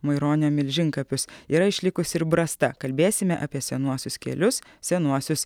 maironio milžinkapius yra išlikusi ir brasta kalbėsime apie senuosius kelius senuosius